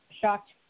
shocked